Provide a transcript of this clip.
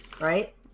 right